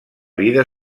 vida